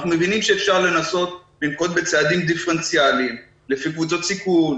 אנחנו מבינים שאפשר לנסות לנקוט בצעדים דיפרנציאליים לפי קבוצות סיכון,